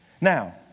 Now